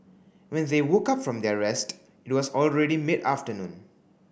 when they woke up from their rest it was already mid afternoon